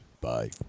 Bye